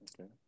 Okay